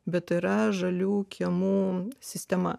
bet yra žalių kiemų sistema